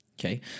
okay